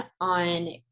on